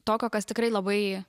tokio kas tikrai labai